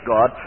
God